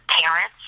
parents